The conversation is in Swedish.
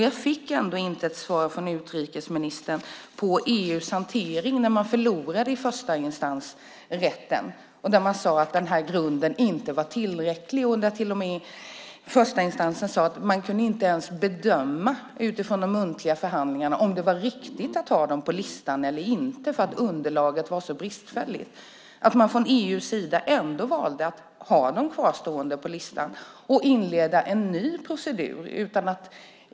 Jag fick inget svar från utrikesministern på frågan om EU:s hantering när man förlorade i förstainstansrätten där man sade att den här grunden inte var tillräcklig. Förstainstansrätten sade till och med att man inte ens utifrån de muntliga förhandlingarna kunde bedöma om det var riktigt att ha dem på listan eller inte för att underlaget var så bristfälligt. EU valde ändå att ha dem kvar på listan och inleda en ny procedur.